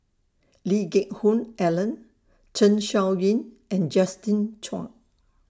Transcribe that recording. Lee Geck Hoon Ellen Zeng Shouyin and Justin Zhuang